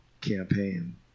campaign